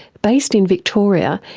based in victoria,